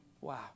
Wow